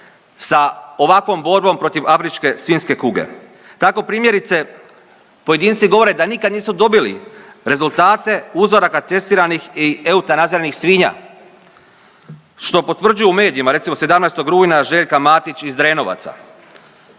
sa ovakvom borbom protiv afričke svinjske kuge. Tako primjerice pojedinci govore da nikad nisu dobili rezultate uzoraka testiranih i eutanaziranih svinja što potvrđuju u medijima, recimo 17. rujna Željka Matić iz Drenovaca,